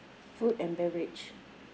food and beverage